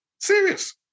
Serious